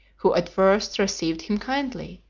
who at first received him kindly,